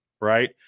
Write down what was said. right